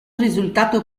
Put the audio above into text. risultato